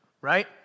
right